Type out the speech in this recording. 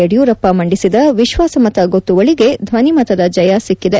ಯದಿಯೂರಪ್ಪ ಮಂದಿಸಿದ ವಿಶ್ವಾಸಮತ ಗೊತ್ತುವಳಿಗೆ ಧ್ವನಿಮತದ ಜಯ ಸಿಕ್ಕಿದೆ